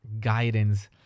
guidance